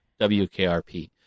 wkrp